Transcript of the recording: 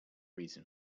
reason